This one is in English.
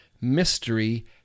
mystery